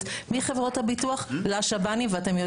מחברות הביטוח לשב"נים ואתם יודעים את זה מצוין.